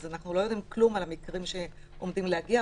אז אנחנו לא יודעים כלום על המקרים שעומדים להגיע.